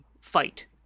fight